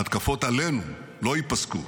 ההתקפות עלינו, לא ייפסקו.